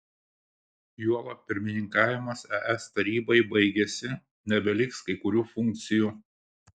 juolab pirmininkavimas es tarybai baigėsi nebeliks kai kurių funkcijų